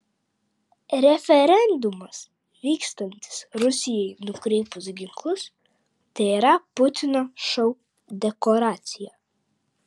referendumas vykstantis rusijai nukreipus ginklus tėra putino šou dekoracija